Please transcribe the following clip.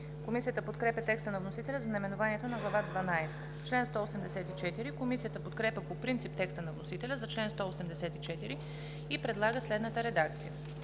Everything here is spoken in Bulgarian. Комисията подкрепя текста на вносителя за наименованието на Глава дванадесета. Комисията подкрепя по принцип текста на вносителя за чл. 184 и предлага следната редакция: